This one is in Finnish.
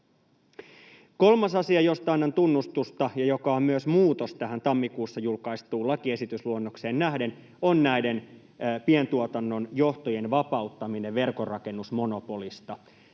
Kolmas asia, josta annan tunnustusta ja joka on myös muutos tähän tammikuussa julkaistuun lakiesitysluonnokseen nähden, on pientuotannon johtojen vapauttaminen verkonrakennusmonopolista.